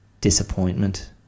disappointment